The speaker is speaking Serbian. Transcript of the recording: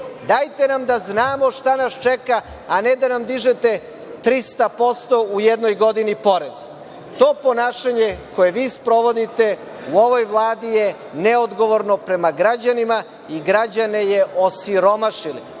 Dajte nam da znamo šta nas čeka, a ne da nam dižete 300% u jednoj godini porez. To ponašanje koje vi sprovodite u ovoj Vladi je neodgovorno prema građanima i građane je osiromašilo.